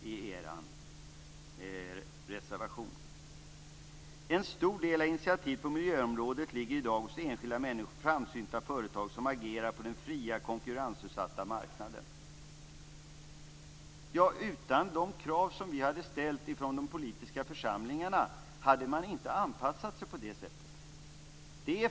Texten i reservationen fortsätter: "En stor del av initiativet på miljöområdet ligger i dag hos enskilda människor och framsynta företagare som agerar på den fria, konkurrensutsatta marknaden." Ja, utan de krav som de politiska församlingarna ställde hade man inte anpassat sig på det sättet.